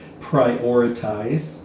prioritize